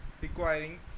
requiring